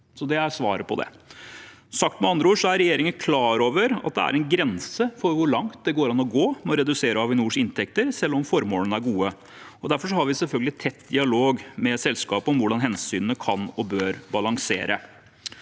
Det er svaret på det. Sagt med andre ord: Regjeringen er klar over at det er en grense for hvor langt det går an å gå med tanke på å redusere Avinors inntekter, selv om formålene er gode. Derfor har vi selvfølgelig tett dialog med selskapet om hvordan hensynene kan og bør balanseres.